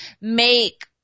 make